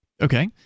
Okay